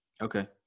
Okay